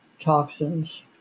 toxins